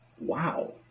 wow